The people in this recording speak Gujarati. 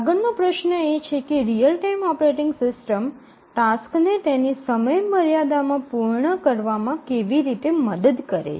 આગળનો પ્રશ્ન એ છે કે રીઅલ ટાઇમ ઓપરેટિંગ સિસ્ટમ ટાસ્કને તેની સમયમર્યાદા માં પૂર્ણ કરવામાં કેવી રીતે મદદ કરે છે